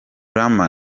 rama